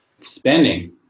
spending